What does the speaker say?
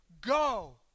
go